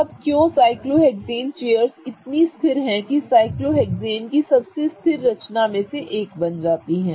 तो अब क्यों साइक्लोहेक्सेन चेयर्स इतनी अधिक स्थिर हैं कि यह साइक्लोहेक्सेन की सबसे स्थिर रचना में से एक बन जाती हैं